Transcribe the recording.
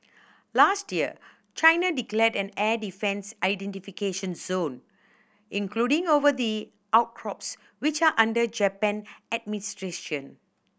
last year China declared an air defence identification zone including over the outcrops which are under Japan administration